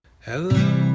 Hello